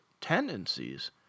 tendencies